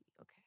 Okay